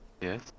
Yes